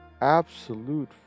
absolute